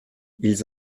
ils